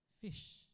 fish